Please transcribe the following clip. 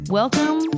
welcome